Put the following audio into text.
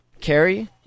carrie